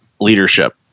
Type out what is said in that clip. leadership